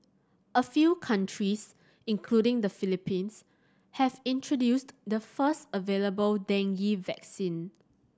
a few countries including the Philippines have introduced the first available dengue vaccine